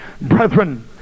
brethren